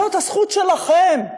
זאת הזכות שלכם,